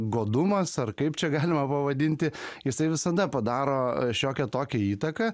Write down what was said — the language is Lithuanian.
godumas ar kaip čia galima pavadinti jisai visada padaro šiokią tokią įtaką